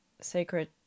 sacred